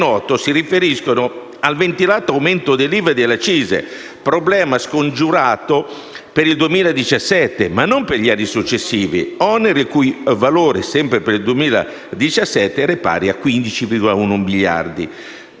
si riferiscono al ventilato aumento dell'IVA e delle accise (problema scongiurato per il 2017, ma non per gli anni successivi), oneri il cui valore, sempre per il 2017, è pari a 15,1 miliardi